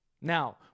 Now